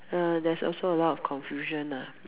uh there's also a lot of confusion lah mm